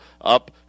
up